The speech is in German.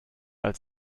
als